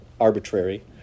arbitrary